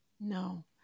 No